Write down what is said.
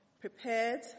prepared